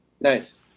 Nice